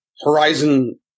Horizon